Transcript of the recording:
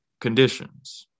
conditions